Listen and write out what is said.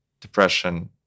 depression